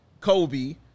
Kobe